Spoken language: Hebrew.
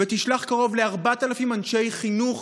במצב הנוכחי,